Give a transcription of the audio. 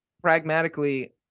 pragmatically